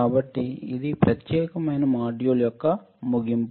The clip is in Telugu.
కాబట్టి ఇది ప్రత్యేకమైన మాడ్యూల్ యొక్క ముగింపు